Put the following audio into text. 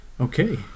okay